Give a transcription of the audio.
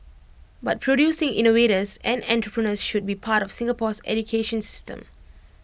but producing innovators and entrepreneurs should be part of Singapore's education system